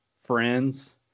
Friends